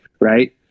right